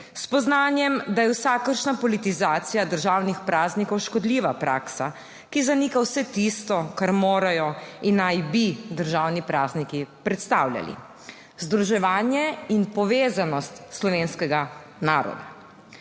spoznanjem, da je vsakršna politizacija državnih praznikov škodljiva praksa, ki zanika vse tisto, kar morajo in naj bi državni prazniki predstavljali, združevanje in povezanost slovenskega naroda.